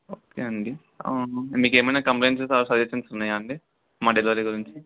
okay అండి మీకు ఏమైనా కంప్లైంట్స్ సజెషన్స్ ఉన్నాయా అండి మా డెలివరీ గురించి